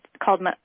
called